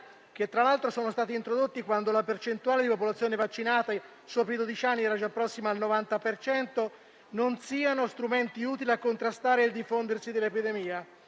che tra l'altro sono stati introdotti quando la percentuale di popolazione vaccinata sopra i dodici anni era già prossima al 90 per cento, non siano strumenti utili a contrastare il diffondersi dell'epidemia.